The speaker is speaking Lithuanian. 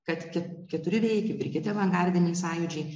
kad ke keturi vėjai kaip ir kiti avangardiniai sąjūdžiai